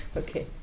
okay